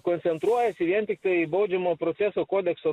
koncentruojasi vien tiktai baudžiamojo proceso kodekso